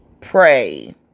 pray